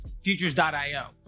futures.io